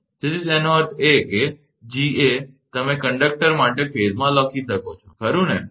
તેથી તેનો અર્થ એ કે 𝐺𝑎 તમે કંડક્ટર માટે ફેઝમાં લખી શકો છો ખરું ને